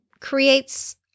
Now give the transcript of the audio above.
creates